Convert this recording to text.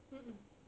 mm mm